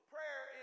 Prayer